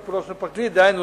לטיפולו של פרקליט" דהיינו,